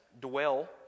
dwell